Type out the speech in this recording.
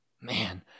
Man